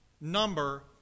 number